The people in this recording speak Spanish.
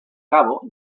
cabo